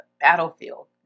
battlefield